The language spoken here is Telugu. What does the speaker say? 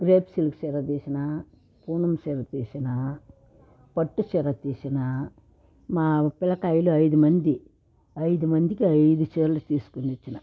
క్రేప్ సిల్క్ చీర తీసిన పూనం చీర తీసినా పట్టు చీర తీసినా మా పిల్లకాయలు ఐదు మంది ఐదు మందికి ఐదు చీరలు తీసుకొని వచ్చిన